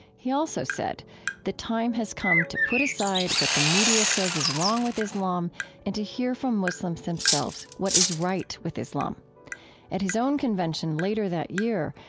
he also said the time has come to put aside what the media says is wrong with islam and to hear from muslims themselves what is right with islam at his own convention later that year,